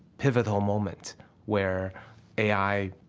pivotal moment where a i.